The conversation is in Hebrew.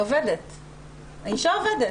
האישה עובדת.